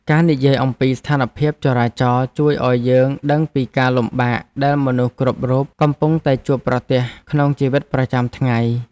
ការនិយាយអំពីស្ថានភាពចរាចរណ៍ជួយឱ្យយើងដឹងពីការលំបាកដែលមនុស្សគ្រប់រូបកំពុងតែជួបប្រទះក្នុងជីវិតប្រចាំថ្ងៃ។